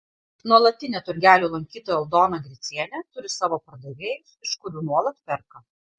nuolatinė turgelių lankytoja aldona gricienė turi savo pardavėjus iš kurių nuolat perka